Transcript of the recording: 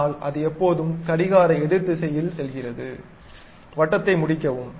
ஆனால் அது எப்போதும் கடிகார எதிர் திசையில் செல்கிறது வட்டத்தை முடிக்கவும்